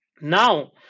now